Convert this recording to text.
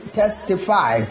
testify